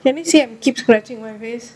can you see I'm keep scratching my face